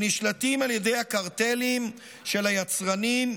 שנשלטים על ידי הקרטלים של היצרנים,